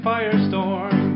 Firestorm